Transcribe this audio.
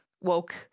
woke